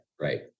right